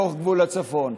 לאורך גבול הצפון.